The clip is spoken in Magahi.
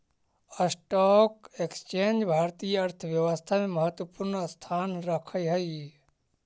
स्टॉक एक्सचेंज भारतीय अर्थव्यवस्था में महत्वपूर्ण स्थान रखऽ हई